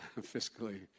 fiscally